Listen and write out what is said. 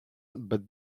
but